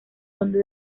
donde